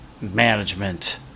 management